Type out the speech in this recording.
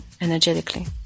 energetically